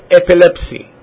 epilepsy